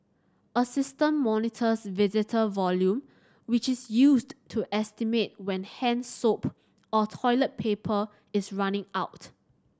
a system monitors visitor volume which is used to estimate when hand soap or toilet paper is running out